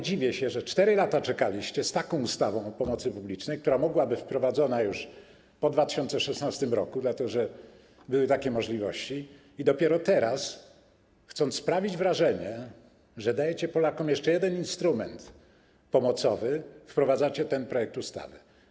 Dziwię się w ogóle, że 4 lata czekaliście z taką ustawą o pomocy publicznej, która mogła być wprowadzona już po 2016 r. - dlatego że były takie możliwości - i dopiero teraz, chcąc sprawić wrażenie, że dajecie Polakom jeszcze jeden instrument pomocowy, wprowadzacie ten projekt ustawy.